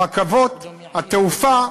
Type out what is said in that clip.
הרכבות, התעופה.